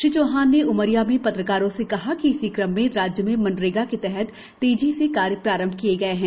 श्री चौहान ने उमरिया में पत्रकारों से कहा कि इसी क्रम में राज्य में मनरेगा के तहत तेजी से कार्य प्रारंभ किए गए हैं